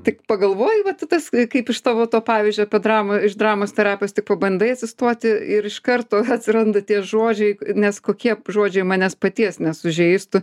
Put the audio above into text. tik pagalvoji vat tas kaip iš tavo to pavyzdžio apie dram iš dramos terapijos tik pabandai atsistoti ir iš karto atsiranda tie žodžiai nes kokie žodžiai manęs paties nesužeistų